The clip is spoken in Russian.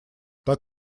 так